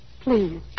Please